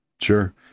sure